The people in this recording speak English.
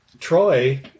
Troy